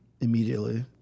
immediately